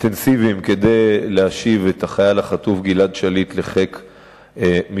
אינטנסיביים כדי להשיב את החייל החטוף גלעד שליט לחיק משפחתו.